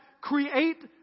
create